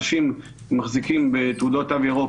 אנשים מחזיקים בתעודות תו ירוק,